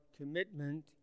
commitment